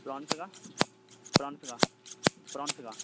پرانس کا پرانس کا پرانس کا